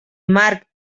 marc